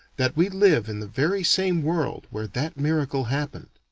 that we live in the very same world where that miracle happened.